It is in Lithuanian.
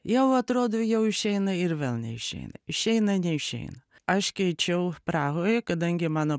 jau atrodo jau išeina ir vėl neišeina išeina neišeina aš keičiau prahoje kadangi mano